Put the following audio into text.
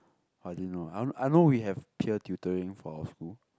I didn't know I I know we have peer tutoring for our school